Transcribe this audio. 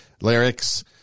lyrics